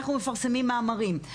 אנחנו מפרסמים מאמרים,